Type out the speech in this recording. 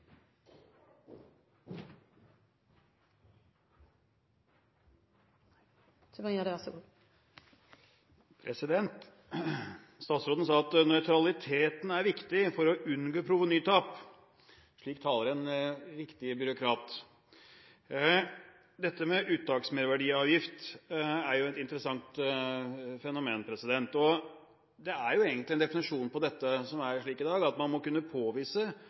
Statsråden sa at nøytraliteten er viktig for å unngå provenytap – slik taler en riktig byråkrat. Dette med uttaksmerverdiavgift er et interessant fenomen. Det er egentlig en definisjon på dette i dag, og det er at man må kunne påvise